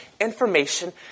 information